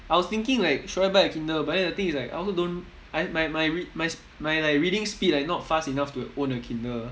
I was thinking like should I buy a kindle but then the thing is like I also don't I my my my read my like reading speed like not fast enough to own a kindle